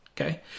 Okay